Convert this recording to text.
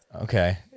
Okay